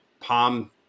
palm